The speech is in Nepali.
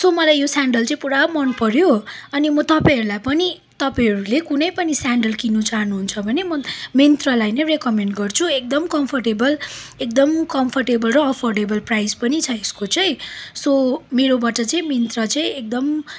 सो मलाई यो सेन्डल चाहिँ पुरा मन पऱ्यो अनि म तपाईँहरूलाई पनि तपाईँहरूले कुनै पनि सेन्डल किन्नु चहानुहुन्छ भने म मिन्त्रालाई नै रेकमेन्ड गर्छु एकदम कम्फोर्टेबल एकदम कम्फोर्टेबल र अफोर्डेबल प्राइज पनि छ यसको चाहिँ सो मेरोबाट चाहिँ मिन्त्रा चाहिँ एकदम